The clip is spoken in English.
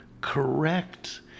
correct